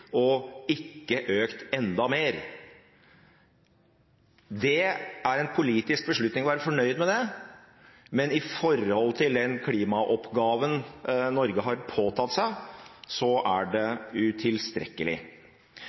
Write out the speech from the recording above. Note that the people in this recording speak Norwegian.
ikke har økt enda mer! Det er en politisk beslutning å være fornøyd med det, men sett i forhold til den klimaoppgaven Norge har påtatt seg, er det utilstrekkelig.